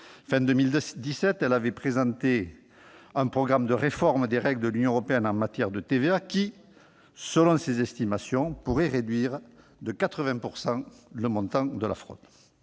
de 2017, elle avait présenté un programme de réforme des règles de l'Union européenne en matière de TVA, qui, selon ses estimations, pourrait réduire de 80 % le montant de la fraude-